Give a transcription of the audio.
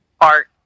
art